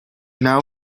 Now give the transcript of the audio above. now